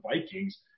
Vikings